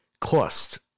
cost